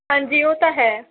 ਹਾਂਜੀ ਉਹ ਤਾਂ ਹੈ